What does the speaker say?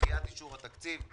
לדחיית אישור התקציב.